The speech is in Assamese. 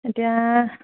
এতিয়া